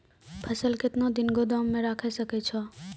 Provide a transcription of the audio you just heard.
फसल केतना दिन गोदाम मे राखै सकै छौ?